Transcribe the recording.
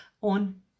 on